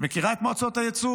את מכירה את מועצות הייצור?